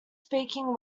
speaking